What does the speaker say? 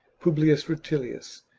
publius rutilius,